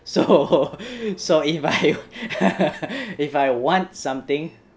so so if I if I want something